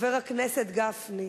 חבר הכנסת גפני,